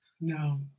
no